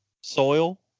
soil